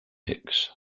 hicks